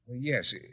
Yes